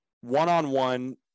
one-on-one